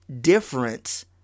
difference